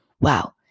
Wow